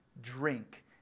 drink